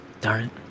darn